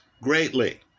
greatly